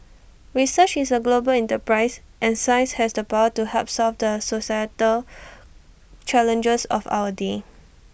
research is A global enterprise and science has the power to help solve the societal challenges of our day